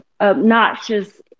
obnoxious